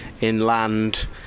inland